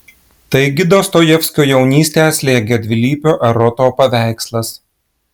taigi dostojevskio jaunystę slėgė dvilypio eroto paveikslas